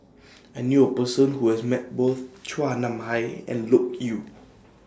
I knew A Person Who has Met Both Chua Nam Hai and Loke Yew